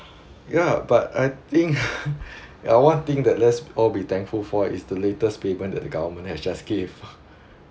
ya but I think ya one thing that lets all be thankful for is latest payment that the government has just gave